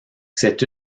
c’est